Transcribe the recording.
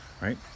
Right